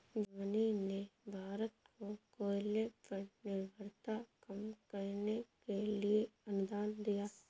Germany ने भारत को कोयले पर निर्भरता कम करने के लिए अनुदान दिया